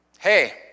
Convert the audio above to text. Hey